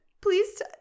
please